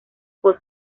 por